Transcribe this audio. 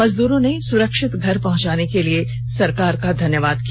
मजदूरों ने सुरक्षित घर पहंचाने के लिए सरकार का धन्यवॉद किया